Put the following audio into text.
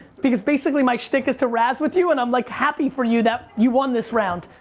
because basically my schtick is to razz with you, and i'm, like, happy for you that you won this round.